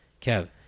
Kev